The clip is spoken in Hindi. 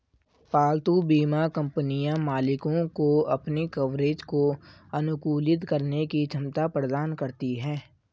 पालतू बीमा कंपनियां मालिकों को अपने कवरेज को अनुकूलित करने की क्षमता प्रदान करती हैं